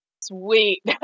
Sweet